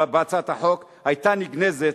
הצעת החוק היתה נגנזת,